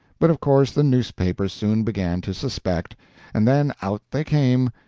but of course the newspapers soon began to suspect and then out they came!